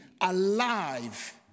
alive